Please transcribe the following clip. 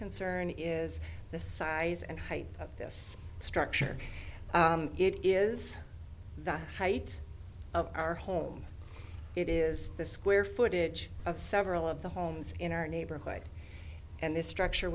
concern is the size and height of this structure it is the height of our home it is the square footage of several of the homes in our neighborhood and this structure